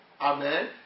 Amen